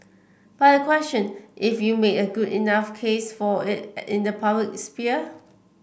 but I question if you've made a good enough case for it in the public sphere